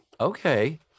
Okay